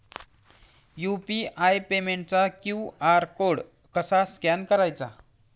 UPI पेमेंटचा QR code कसा scan करायचा?